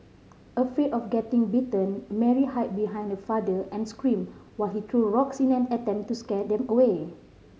afraid of getting bitten Mary hide behind her father and screamed while he threw rocks in an attempt to scare them away